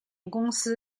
公司